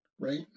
right